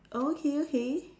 okay okay